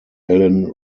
alan